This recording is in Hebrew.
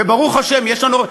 וברוך השם יש לנו,